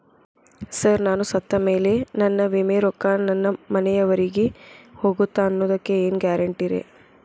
Sir ನಾನು ಸತ್ತಮೇಲೆ ನನ್ನ ವಿಮೆ ರೊಕ್ಕಾ ನನ್ನ ಮನೆಯವರಿಗಿ ಹೋಗುತ್ತಾ ಅನ್ನೊದಕ್ಕೆ ಏನ್ ಗ್ಯಾರಂಟಿ ರೇ?